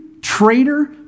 traitor